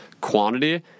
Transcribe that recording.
quantity